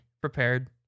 prepared